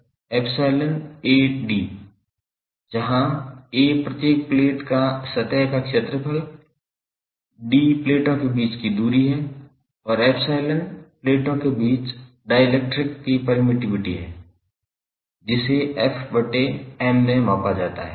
𝐶𝜖𝐴𝑑 जहां 𝐴 प्रत्येक प्लेट का सतह का क्षेत्रफल है 𝑑 प्लेटों के बीच की दूरी है और 𝜖 प्लेटों के बीच डाईइलेक्ट्रिक की परमिटिविटी है जिसे Fm में मापा जाता है